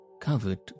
covered